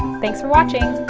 thanks for watching.